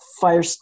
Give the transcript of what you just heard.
fire